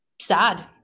sad